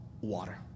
water